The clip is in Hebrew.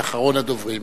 אחרון הדוברים.